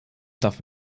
darf